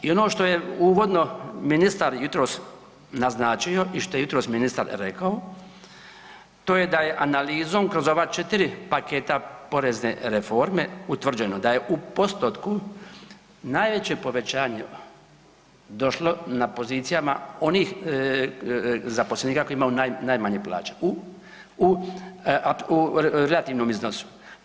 I ono što je uvodno ministar jutros naznačio i što je jutros ministar rekao to je da je analizom kroz ova četiri paketa porezne reforme utvrđeno da je u postotku najveće povećanje došlo na pozicijama onih zaposlenika koji imaju najmanje plaće u relativnom iznosu.